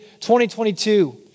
2022